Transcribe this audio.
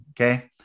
okay